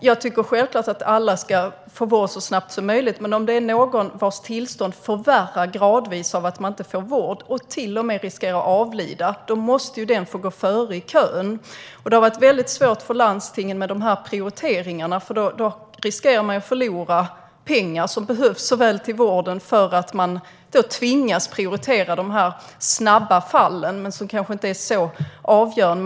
Jag tycker självklart att alla ska få vård så snabbt som möjligt, men om det gäller någon vars tillstånd gradvis förvärras av att personen inte får vård - så att personen till och med riskerar att avlida - måste den få gå före i kön. Det har varit väldigt svårt för landstingen med de här prioriteringarna. Man riskerar att förlora pengar som behövs till vården, eftersom man tvingas att prioritera dessa snabba fall, som kanske inte är så avgörande.